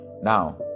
Now